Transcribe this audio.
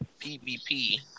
PvP